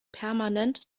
permanent